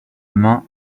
main